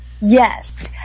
Yes